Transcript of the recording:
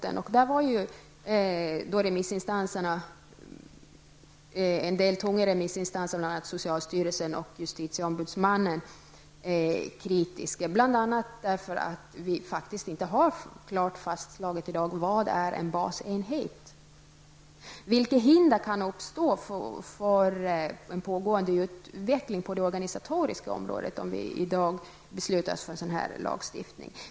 En del tunga remissinstanser, t.ex. socialstyrelsen och justitieombudsmannen, var kritiska bl.a. därför att vi inte har klart fastslagit i dag vad en basenhet är. Vilka hinder kan uppstå för en pågående utveckling på det organisatoriska området om vi i dag beslutar oss för en sådan här lagstiftning?